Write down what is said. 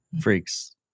freaks